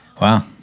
Wow